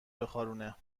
بخارونه